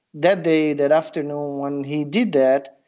that day, that afternoon when he did that,